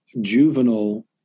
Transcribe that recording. juvenile